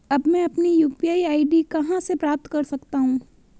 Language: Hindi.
अब मैं अपनी यू.पी.आई आई.डी कहां से प्राप्त कर सकता हूं?